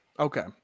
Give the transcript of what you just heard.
Okay